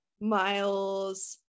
Miles